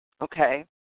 okay